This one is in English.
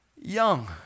young